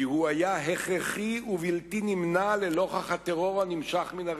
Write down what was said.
כי הוא היה הכרחי ובלתי נמנע לנוכח הטרור הנמשך מן הרצועה,